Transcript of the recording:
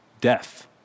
death